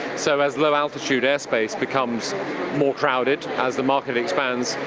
so as low altitude air space becomes more crowded as the market expands,